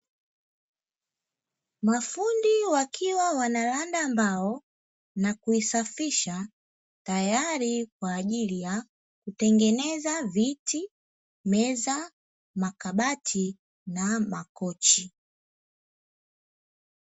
Mafundi wakiwa wanaranda mbao na kuisafisha, tayari kwa ajili ya kutengenezea: viti, meza, makabati na makochi.